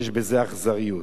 יש בזה אכזריות,